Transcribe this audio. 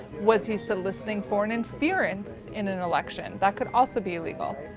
was he soliciting foreign interference in an election? that could also be illegal.